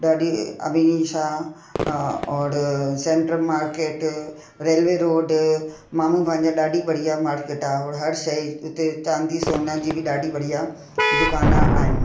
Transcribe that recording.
ॾाढी हमेशह और सैंट्रल मार्केट रेलवे रोड मामू भांजा ॾाढी बढ़िया मार्केट और हर शइ हुते चांदी सोना जी बि ॾाढी बढ़िया दुकाना आहिनि